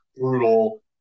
brutal